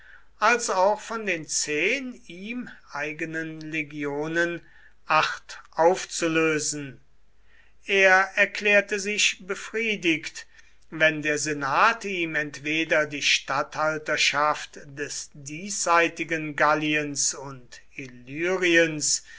als auch von den zehn ihm eigenen legionen acht aufzulösen er erklärte sich befriedigt wenn der senat ihm entweder die statthalterschaft des diesseitigen galliens und